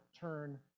turn